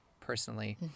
personally